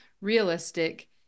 realistic